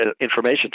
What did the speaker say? information